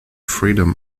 freedom